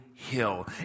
Hill